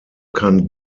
kann